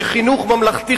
שחינוך ממלכתי,